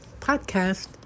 podcast